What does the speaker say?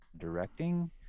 directing